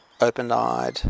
open-eyed